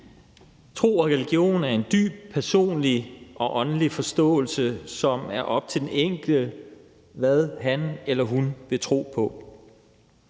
Tro og religion er en dybt personlig og åndelig forståelse, og det er op til den enkelte, hvad han eller hun vil tro på.